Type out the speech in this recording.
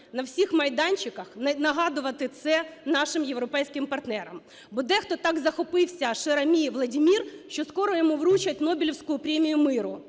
на всіх майданчиках нагадувати це нашим європейським партнерам. Бо дехто так захопися "Cher ami, Владімір", що скоро йому вручать Нобелівську премію миру,